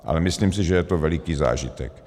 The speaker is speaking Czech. Ale myslím si, že je to veliký zážitek.